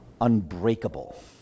unbreakable